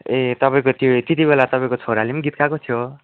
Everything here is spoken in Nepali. ए तपाईँको त्यो त्यतिबेला तपाईँको छोराले पनि गीत गाएको थ्यो